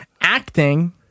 Acting